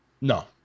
No